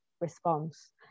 response